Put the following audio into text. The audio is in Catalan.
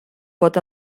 pot